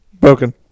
broken